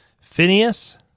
Phineas